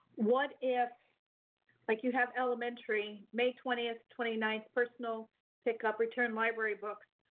what if like you have elementary, may twentieth, twenty ninth, personal pickup return library books.